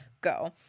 go